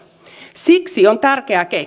siksi on tärkeää